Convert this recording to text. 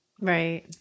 right